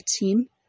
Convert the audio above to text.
team